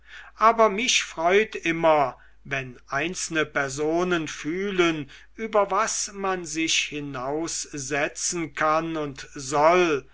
aber mich freut immer wenn einzelne personen fühlen über was man sich hinaussetzen kann und soll